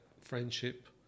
friendship